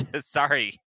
sorry